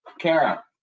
Kara